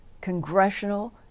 congressional